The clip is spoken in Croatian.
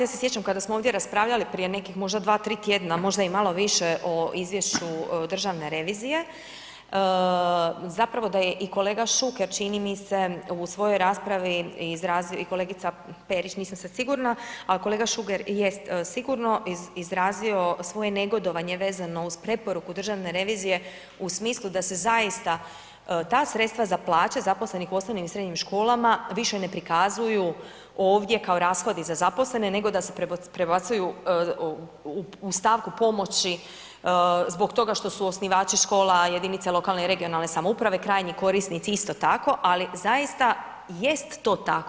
Ja se sjećam kada smo ovdje raspravljali prije nekih možda 2,3 tjedna, možda i malo više o Izvješću Državne revizije, zapravo da je i kolega Šuker, čini mi se u svojoj raspravi i kolegice Perić, nisam sad sigurna, ali kolega Šuker jest sigurno izrazio svoje negodovanje vezano uz preporuku Državne revizije u smislu da se zaista ta sredstva za plaće zaposlenih u osnovnim i srednjim školama više ne prikazuju ovdje kao rashodi za zaposlene nego da se prebacuju u stavku pomoći zbog toga što su osnivači škola jedinice lokalne i regionalne samouprave, krajnji korisnici isto tako, ali zaista jest to tako.